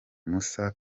moussa